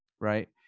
right